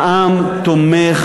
שהעם תומך,